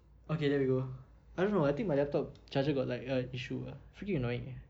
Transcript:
okay there we go I don't know I think my laptop charger got like uh issue ah freaking annoying uh